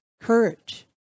courage